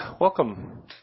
welcome